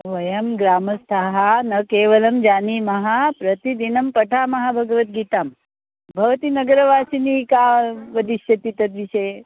वयं ग्रामस्थाः न केवलं जानीमः प्रतिदिनं पठामः भगवद्गीतां भवती नगरवासिनी का वदिष्यति तद्विषये